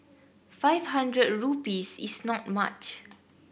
five hundred rupees is not much